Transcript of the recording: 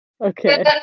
Okay